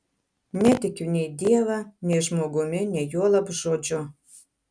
netikiu nei dievą nei žmogumi nei juolab žodžiu